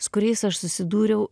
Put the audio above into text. su kuriais aš susidūriau